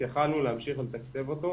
יכולנו להמשיך לתקצב אותו,